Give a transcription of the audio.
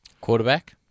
Quarterback